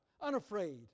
unafraid